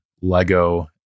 Lego